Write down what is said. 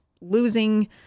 losing